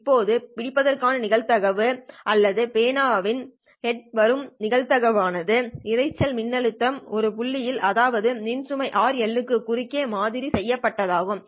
இப்போது பிடிப்பதற்கான நிகழ்தகவு அல்லது பேனாவின் ஹெட் வரும் நிகழ்தகவு ஆனது இரைச்சல் மின்னழுத்தம் இந்த புள்ளியில் அதாவது சுமை மின்தடை RL க்கு குறுக்கே மாதிரி செய்யப்பட்டதாகும்